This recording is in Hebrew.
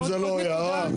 אם זה לא הערה חשובה.